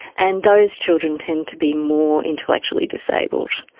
and those children tend to be more intellectually disabled.